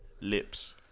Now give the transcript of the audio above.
Lips